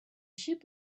ship